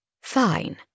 Fine